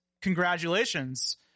congratulations